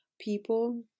people